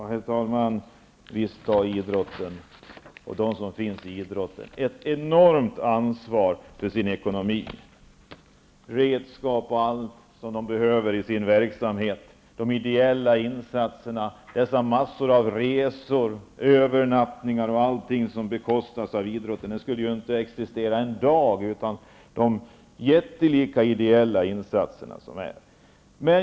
Herr talman! Visst har idrotten och de som finns där ett enormt ansvar för sin ekonomi. Det gäller redskap och allt som de behöver i sin verksamhet, de ideella insatserna, resor, övernattningar och allt som bekostas av idrotten. Den skulle ju inte existera en dag utan de jättelika ideella insatserna.